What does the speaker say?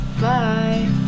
Bye